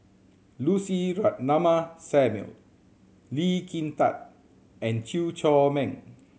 Lucy Ratnammah Samuel Lee Kin Tat and Chew Chor Meng